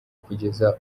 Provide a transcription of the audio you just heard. kugeza